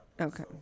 Okay